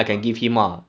trash